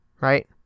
Right